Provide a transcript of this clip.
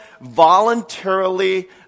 voluntarily